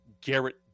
Garrett